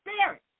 spirit